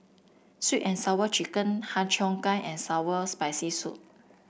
sweet and Sour Chicken Har Cheong Gai and sour Spicy Soup